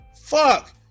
Fuck